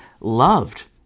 loved